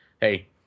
Hey